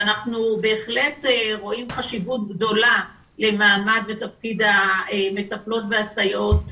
ואנחנו בהחלט רואים חשיבות גדולה למעמד ותפקיד המטפלות והסייעות,